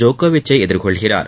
ஜோகோவிச்சை எதிர்கொள்கிறார்